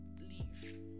leave